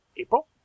April